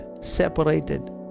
separated